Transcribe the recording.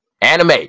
anime